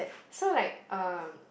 so like um